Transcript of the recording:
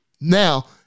Now